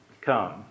come